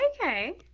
Okay